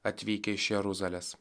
atvykę iš jeruzalės